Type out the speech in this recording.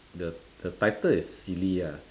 the the title is silly ah